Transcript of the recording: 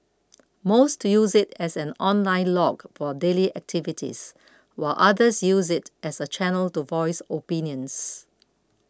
most use it as an online log for daily activities while others use it as a channel to voice opinions